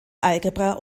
algebra